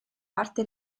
parte